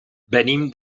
venim